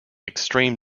extreme